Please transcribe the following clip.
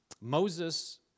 Moses